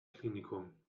klinikum